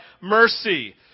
Mercy